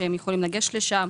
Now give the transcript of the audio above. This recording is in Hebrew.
שיכולים לגשת לשם,